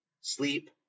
Sleep